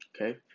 okay